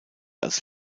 als